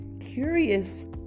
curious